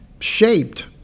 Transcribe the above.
shaped